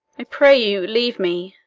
i pray you, leave me.